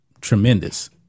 tremendous